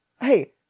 Hey